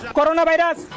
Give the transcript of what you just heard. Coronavirus